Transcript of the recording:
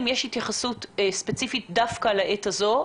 האם יש התייחסות ספציפית דווקא לעת הזו,